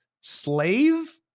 slave